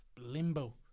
limbo